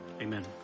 Amen